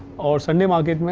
ah sunday market,